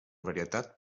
varietat